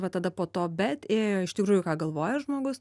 va tada po to bet ėjo iš tikrųjų ką galvoja žmogus